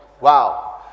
Wow